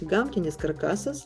gamtinis karkasas